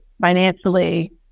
financially